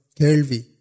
kelvi